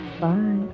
Bye